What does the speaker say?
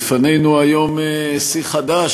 בפנינו היום שיא חדש,